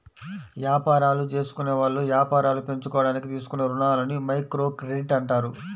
యాపారాలు జేసుకునేవాళ్ళు యాపారాలు పెంచుకోడానికి తీసుకునే రుణాలని మైక్రోక్రెడిట్ అంటారు